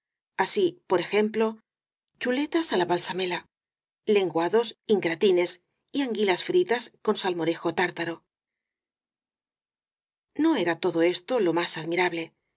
así por ejemplo chuletas á la balsámela lenguados ingra tines y anguilas fritas con salmorejo tártaro no era todo esto lo más admirable